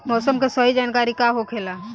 मौसम के सही जानकारी का होखेला?